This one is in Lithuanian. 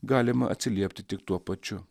galima atsiliepti tik tuo pačiu